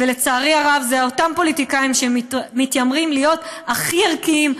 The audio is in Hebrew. ולצערי הרב אלה אותם פוליטיקאים שמתיימרים להיות הכי ערכיים,